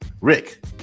Rick